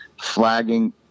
flagging